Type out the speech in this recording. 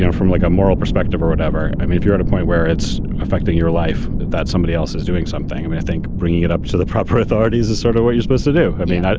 yeah from like a moral perspective or whatever. i mean, if you're at a point where it's affecting your life that somebody else is doing something, i mean, i think bringing it up to the proper authorities is sort of what you're supposed to do. i mean,